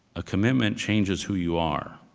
a commitment changes who you are.